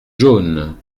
jaune